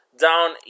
down